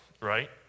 Right